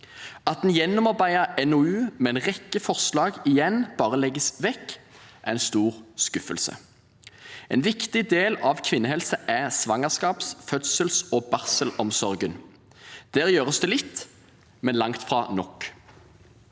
At en gjennomarbeidet NOU med en rekke forslag igjen bare legges vekk, er en stor skuffelse. En viktig del av kvinnehelse er svangerskaps-, fødsels- og barselomsorgen. Der gjøres det litt, men langt fra nok.